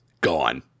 gone